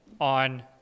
on